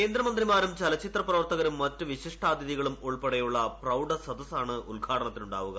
കേന്ദ്രമന്ത്രിമാരും ചലച്ചിത്ര പ്രവർത്തകരും മറ്റ് വിശിഷ്ടാതിഥികളും ഉൾപ്പെടെയുള്ള പ്രൌഢ സദസ്സാണ് ഉദ്ഘാടനത്തിനുണ്ടാവുക